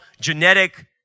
genetic